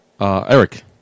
Eric